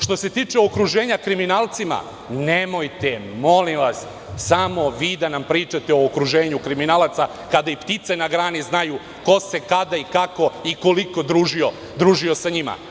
Što se tiče okruženja kriminalcima, nemojte, molim vas, samo vi da nam pričate o okruženju kriminalaca, kada i ptice na grani znaju ko se, kada i kako i koliko družio sa njima.